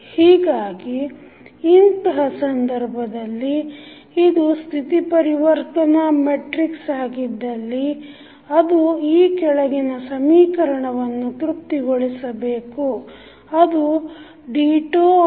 ಹೀಗಾಗಿ ಇಂತಹ ಸಂದರ್ಭದಲ್ಲಿ ಇದು ಸ್ಥಿತಿ ಪರಿವರ್ತನಾ ಮೆಟ್ರಿಕ್ಸ್ ಆಗಿದ್ದಲ್ಲಿ ಅದು ಈ ಕೆಳಗಿನ ಸಮೀಕರಣವನ್ನು ತೃಪ್ತಿಗೊಳಿಸಬೇಕು ಅದು dφdtAφt